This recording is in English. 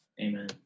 Amen